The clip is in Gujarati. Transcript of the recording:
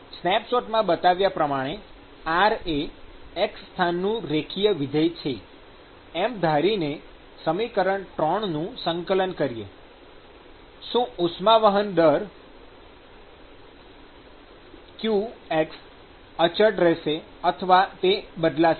સ્નેપશોટમાં બતાવ્યા પ્રમાણે r એ x સ્થાનનું રેખીય વિધેય છે એમ ધારીને સમીકરણ ૩ નું સંકલન કરીએ શું ઉષ્મા વહન દર qx અચળ રહેશે અથવા તે બદલાશે